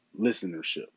listenership